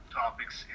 topics